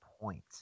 Point